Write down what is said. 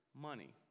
money